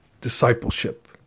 discipleship